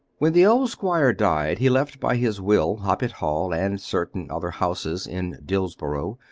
when the old squire died he left by his will hoppet hall and certain other houses in dillsborough,